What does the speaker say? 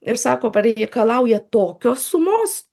ir sako pareikalauja tokios sumos